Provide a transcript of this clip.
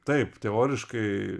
taip teoriškai